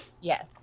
Yes